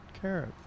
carrot